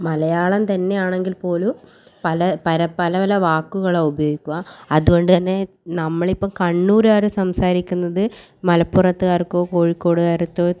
മലയാളം തന്നെ ആണെങ്കിൽ പോലും പല പല പല വാക്കുകളാണ് ഉപയോഗിക്കുക അതുകൊണ്ട് തന്നെ നമ്മളിപ്പോൾ കണ്ണൂരുകാർ സംസാരിക്കുന്നത് മലപ്പുറത്തുകാർക്കോ കോഴിക്കോടുകാർക്കോ